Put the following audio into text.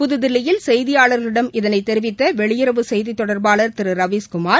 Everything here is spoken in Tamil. புதுதில்லியில் செய்தியாளர்களிடம் இதனைத் தெரிவித்த வெளியுறவு செய்தித் தொடர்பாளர் திரு ரவீஷ்குமார்